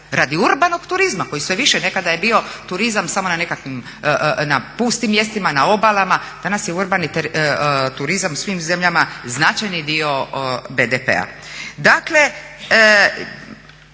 radi urbanog turizma koji sve više, nekada je bio turizam samo na pustim mjestima, na obalama, danas je urbani turizam u svim zemljama značajni dio BDP-a.